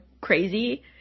crazy